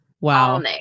Wow